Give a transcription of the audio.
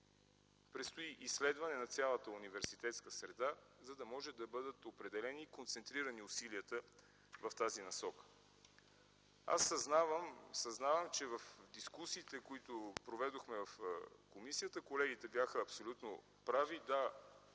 Предстои изследване на цялата университетска среда, за да могат да бъдат определени и концентрирани усилията в тази насока. Аз съзнавам, че в дискусиите, които проведохме в комисията, колегите бяха абсолютно прави –